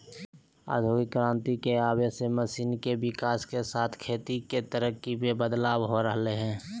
औद्योगिक क्रांति के आवय से मशीन के विकाश के साथ खेती के तरीका मे बदलाव हो रहल हई